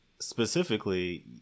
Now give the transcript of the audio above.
specifically